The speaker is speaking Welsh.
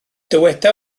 dyweda